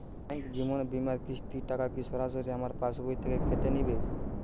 Bank জীবন বিমার কিস্তির টাকা কি সরাসরি আমার পাশ বই থেকে কেটে নিবে?